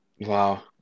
wow